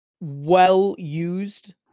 well-used